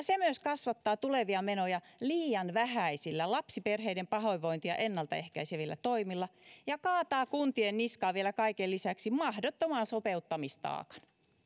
se kasvattaa tulevia menoja myös liian vähäisillä lapsiperheiden pahoinvointia ennalta ehkäisevillä toimilla ja kaataa kuntien niskaan vielä kaiken lisäksi mahdottoman sopeuttamistaakan